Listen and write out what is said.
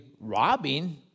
robbing